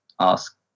ask